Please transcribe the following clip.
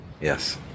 yes